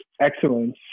excellence